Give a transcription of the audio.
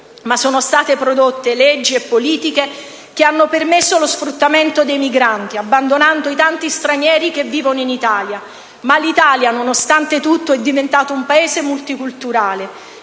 ma sono state prodotte leggi e politiche che hanno permesso lo sfruttamento dei migranti, abbandonando i tanti stranieri che vivono in Italia. Ma L'Italia, nonostante tutto, è diventata un Paese multiculturale.